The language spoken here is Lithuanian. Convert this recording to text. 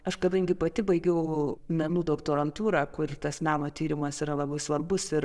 aš kadangi pati baigiau menų doktorantūrą kur tas meno tyrimas yra labai svarbus ir